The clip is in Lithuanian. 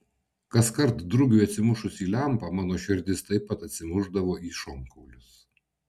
kaskart drugiui atsimušus į lempą mano širdis taip pat atsimušdavo į šonkaulius